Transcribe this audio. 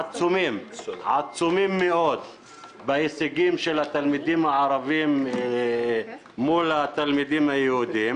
עצומים מאוד בהישגים של התלמידים הערבים מול התלמידים היהודים.